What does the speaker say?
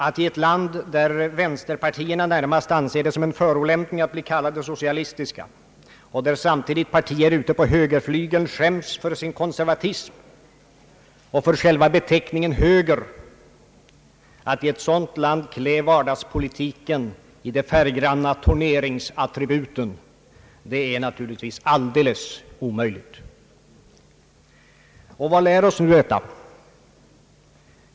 Att i ett land, där vänsterpartierna närmast anser det som en förolämpning att bli kallade socialistiska och där samtidigt partier ute på högerflygeln skäms för sin konservatism och för själva beteckningen höger, klä vardagspolitiken i de färggranna torneringsattributen är naturligtvis alldeles omöjligt. Vad lär oss nu detta?